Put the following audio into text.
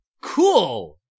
Cool